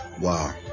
Wow